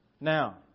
Now